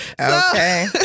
Okay